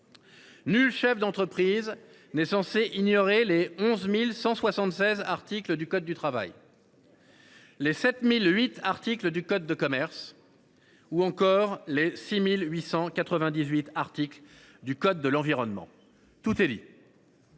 Nul chef d’entreprise n’est censé ignorer les 11 176 articles du code du travail, les 7 008 articles du code de commerce ou encore les 6 898 articles du code de l’environnement. » Tout est dit.